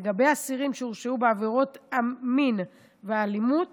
לגבי אסירים שהורשעו בעבירות מין ואלימות